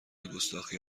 گستاخی